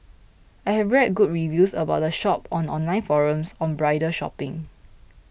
I have read good reviews about the shop on online forums on bridal shopping